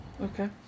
Okay